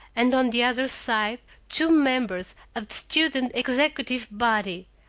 and on the other side two members of the student executive body,